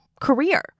career